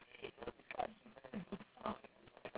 is it